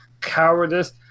cowardice